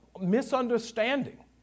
Misunderstanding